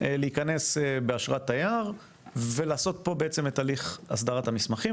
להיכנס באשרת תייר ולעשות פה בעצם את הליך הסדרת המסמכים,